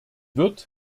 wird